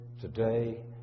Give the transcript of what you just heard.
today